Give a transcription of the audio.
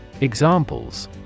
Examples